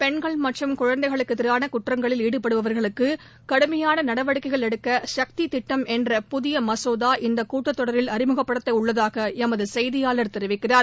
பெண்கள் மற்றும் குழந்தைகளுக்குஎதிரானகுற்றங்களில் ஈடுபடுபவர்களுக்குகடுமையானநடவடிக்கைகள் எடுக்க சக்திசட்டம்என்ற புதியமசோதா இந்தகூட்டத்தொடரில் அறிமுகப்படுத்தப்படஉள்ளதாகஎமதுசெய்தியாளர் தெரிவிக்கிறார்